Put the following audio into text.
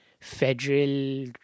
federal